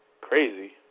crazy